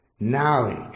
knowledge